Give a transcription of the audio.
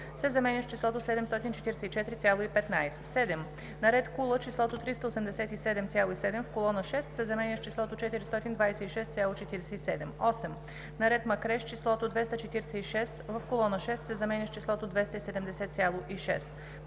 се заменя с числото „744,15“. 7. на ред Кула числото „387,7“ в колона 6 се заменя с числото „426,47“. 8. на ред Макреш числото „246,0“ в колона 6 се заменя с числото „270,6“.